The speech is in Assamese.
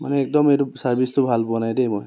মানে একদম এইটো ছাৰ্ভিচটো ভাল পোৱা নাই দেই মই